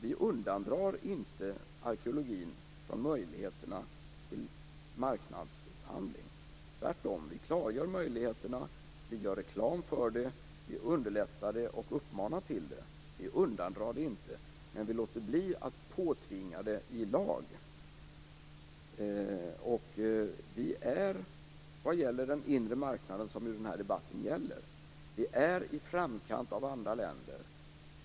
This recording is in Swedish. Vi undandrar inte arkeologin från möjligheterna till marknadsupphandling, tvärtom. Vi klargör möjligheterna till marknadsupphandling och gör reklam för den. Vi underlättar och uppmanar till den. Vi undandrar inte möjligheterna, men vi låter bli att påtvinga marknadsupphandling i lag. Vad gäller den inre marknaden, som den här debatten gäller, är vi i framkant av andra länder.